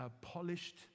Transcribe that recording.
polished